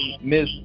miss